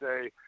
say